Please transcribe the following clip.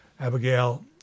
Abigail